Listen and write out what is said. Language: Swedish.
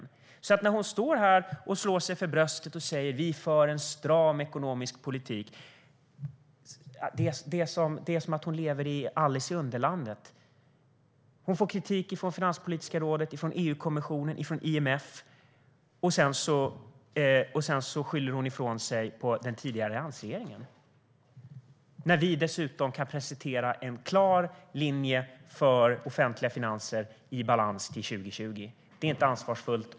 När Magdalena Andersson står här och slår sig för bröstet och säger att regeringen för en stram ekonomisk politik är det som att hon lever i Alice i Underlandet . Hon får kritik från Finanspolitiska rådet, från EU-kommissionen och från IMF. Sedan skyller hon på den tidigare alliansregeringen, när vi dessutom kan presentera en klar linje för offentliga finanser i balans till 2020. Det är inte ansvarsfullt.